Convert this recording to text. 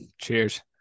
Cheers